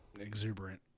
exuberant